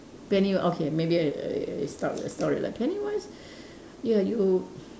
penny okay maybe I I I start with a story penny wise ya you